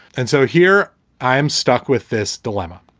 and so here i am stuck with this dilemma.